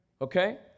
Okay